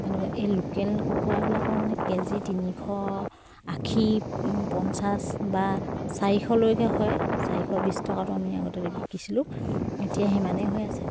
এনেকুৱা এই লোকেল কুকুৰাবিলাকৰ মানে কেজি তিনিশ আশী পঞ্চাছ বা চাৰিশলৈকে হয় চাৰিশ বিছ টকাতো আমি আগতে বিকিছিলোঁ এতিয়া সিমানেই হৈ আছে